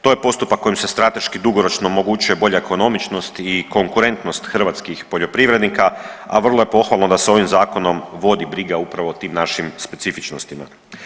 To je postupak kojim se strateški dugoročno omogućuje bolja ekonomičnost i konkurentnost hrvatskih poljoprivrednika, a vrlo je pohvalno da se ovim zakonom vodi briga upravo o tim našim specifičnostima.